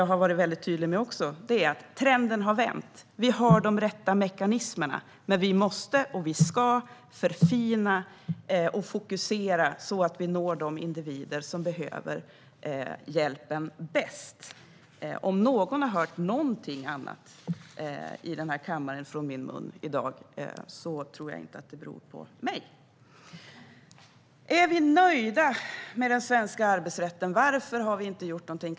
Jag var också tydlig med att trenden har vänt. Vi har de rätta mekanismerna, men vi måste och ska förfina och fokusera, så att vi når de individer som behöver hjälpen bäst. Om någon har hört någonting annat från min mun i kammaren i dag tror jag inte att det beror på mig. Är vi nöjda med den svenska arbetsrätten? Varför har vi inte gjort någonting?